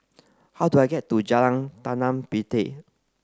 how do I get to Jalan Tanah Puteh